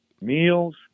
meals